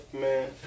man